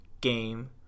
game